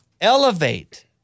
elevate